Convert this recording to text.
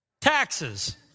taxes